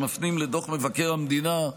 שמפנים לדוח מבקר המדינה,